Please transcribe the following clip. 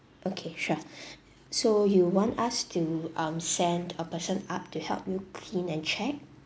okay sure so you want us to um send a person up to help you clean and check